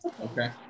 Okay